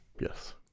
Yes